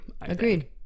Agreed